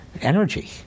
energy